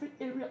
area